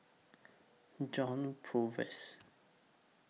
John Purvis